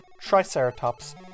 Triceratops